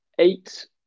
Eight